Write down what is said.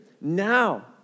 now